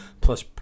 plus